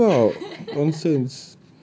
what you talking about nonsense